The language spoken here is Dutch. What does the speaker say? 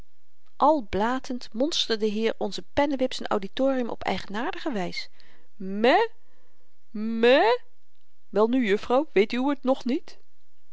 al blatend monsterde hier onze pennewip z'n auditorium op eigenaardige wys mê mê wel nu juffrouw weet uwe t nog niet